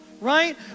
right